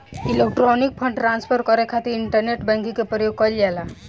electronic fund transfer करे खातिर internet banking के प्रयोग कईल जाला